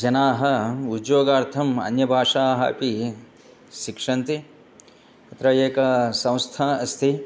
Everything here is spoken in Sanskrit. जनाः उद्योगार्थम् अन्यभाषाः अपि शिक्षन्ति तत्र एका संस्था अस्ति